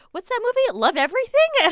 what's that movie? love everything?